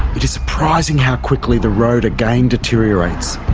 it is surprising how quickly the road again deteriorates.